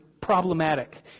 problematic